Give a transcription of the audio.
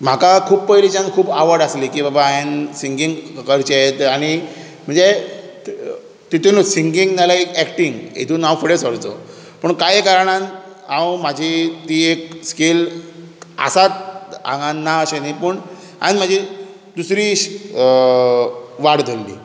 म्हाका खूब पयलींच्यान खूब आवड आसली की बाबा हांवें सिंगींग करचें आनी म्हणजे तातूंचच सिंगींग ना जाल्यार एक्टींग हातूंत हांव फुडें सरचों पूण कांय कारणान हांव म्हजी ती एक स्कील आसा आंगांत ना अशें न्ही पूण हांवें म्हजी दुसरी वाट धरली